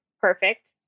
perfect